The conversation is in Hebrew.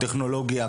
הטכנולוגיה?